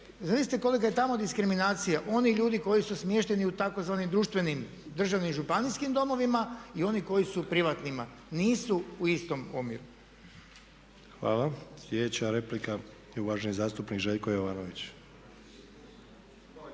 zamislite kolika je tamo diskriminacija onih ljudi koji su smješteni u tzv. društvenim, državnim, županijskim domovima i onih koji su u privatnima. Nisu u istom omjeru. **Sanader, Ante (HDZ)** Hvala. Slijedeća replika je uvaženi zastupnik Željko Jovanović.